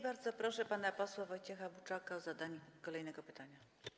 Bardzo proszę pana posła Wojciecha Buczaka o zadanie kolejnego pytania.